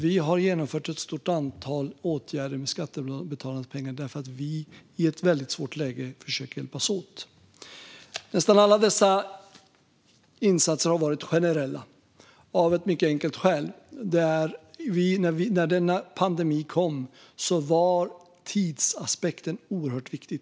Vi har genomfört ett stort antal åtgärder med skattebetalarnas pengar därför att vi i ett väldigt svårt läge försöker hjälpas åt. Nästan alla dessa insatser har varit generella, av ett mycket enkelt skäl. När denna pandemi kom var tidsaspekten oerhört viktig.